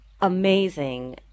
amazing